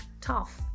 tough